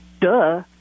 duh